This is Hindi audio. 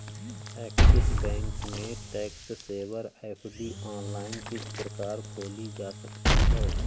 ऐक्सिस बैंक में टैक्स सेवर एफ.डी ऑनलाइन किस प्रकार खोली जा सकती है?